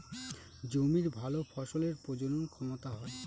জমির ভালো ফসলের প্রজনন ক্ষমতা হয়